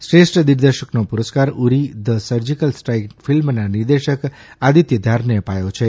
શ્રેષ્ઠ દિગ્દર્શકનો પુરસ્કાર ઉરી ધ સર્જીકલ સ્ટ્રાઇક ફિલ્મના નિર્દેશક આદિત્ય ધારને અપાયો છે